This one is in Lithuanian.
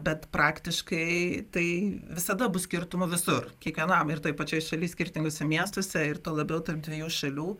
bet praktiškai tai visada bus skirtumų visur kiekvienam ir toj pačioj šaly skirtinguose miestuose ir tuo labiau tarp dviejų šalių